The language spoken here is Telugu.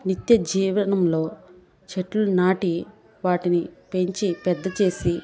నిత్య జీవనంలో చెట్లు నాటి వాటిని పెంచి పెద్ద చేసి